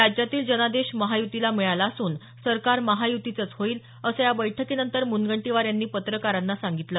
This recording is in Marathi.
राज्यातील जनादेश महायुतीला मिळाला असून सरकार महायुतीचंच होईल असं या बैठकीनंतर मुनगंटीवार यांनी पत्रकारांना सांगितलं